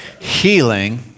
healing